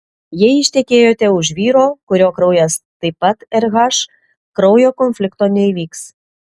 jei ištekėjote už vyro kurio kraujas taip pat rh kraujo konflikto neįvyks